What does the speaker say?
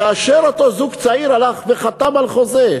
כאשר אותו זוג צעיר הלך וחתם על חוזה,